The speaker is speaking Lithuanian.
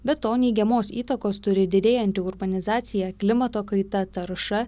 be to neigiamos įtakos turi didėjanti urbanizacija klimato kaita tarša